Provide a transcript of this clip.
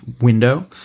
window